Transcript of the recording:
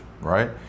right